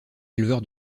éleveur